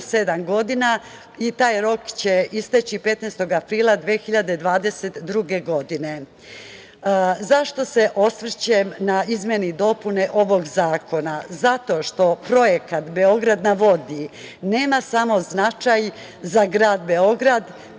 i taj rok će isteći 15. aprila 2022. godine.Zašto se osvrćem na izmene i dopune ovog zakona? Zato što projekat „Beograd na vodi“ nema samo značaj za grad Beograd,